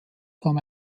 kam